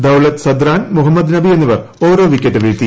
ദൌലത്ത് സദ്ദ്റാൻ മുഹമ്മദ് നബി എന്നിവർ ഓരോ വിക്കറ്റ് വീഴ്ത്തി